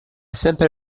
sempre